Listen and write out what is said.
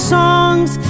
songs